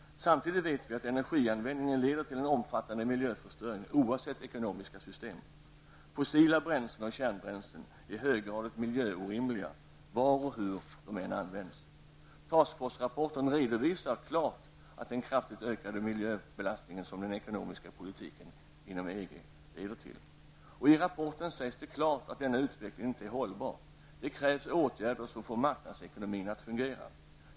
Samtidigt vet vi att energianvändning leder till omfattande miljöförstöring, oavsett ekonomiskt system. Fossila bränslen och kärnbränslen är höggradigt miljöorimliga var och hur de än används. Task Force-rapporten redovisar klart den kraftigt ökade miljöbelastning som den ekonomiska politiken inom EG leder till. I rapporten sägs det klart att denna utveckling inte är hållbar. Det krävs åtgärder som får marknadsekonomin att fungera.